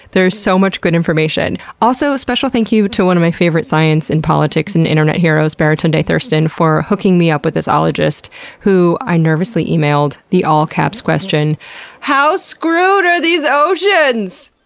there's so much good information. also, a special thank you to one of my favorite science and politics and internet heroes, baratunde thurston, for hooking me up with this ologist who i nervously emailed the all-caps question how screwed are these oceans?